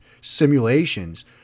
simulations